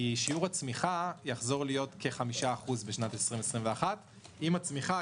כי שיעור הצמיחה יחזור להיות כ-5% בשנת 2021. עם הצמיחה,